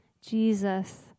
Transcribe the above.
Jesus